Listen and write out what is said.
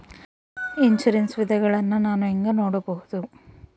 Insurance ವಿಧಗಳನ್ನ ನಾನು ಹೆಂಗ ನೋಡಬಹುದು?